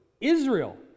Israel